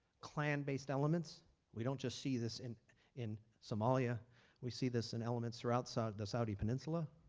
clan-based elements we don't just see this in in somalia we see this in elements throughout so the saudi peninsula.